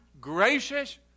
gracious